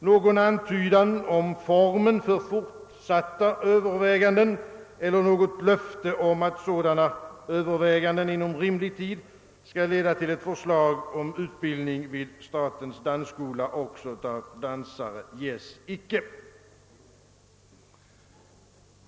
Någon antydan om formen för fortsatta överväganden eller något löfte att sådana överväganden inom rimlig tid skall leda till ett förslag om utbildning även av dansare vid statens dansskola ges icke.